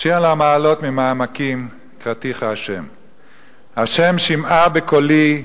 "שיר המעלות, ממעמקים קראתיך ה'; ה' שִמעה בקולי,